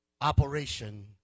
Operation